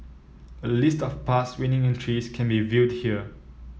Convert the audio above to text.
a list of past winning entries can be viewed here